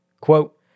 Quote